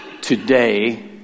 today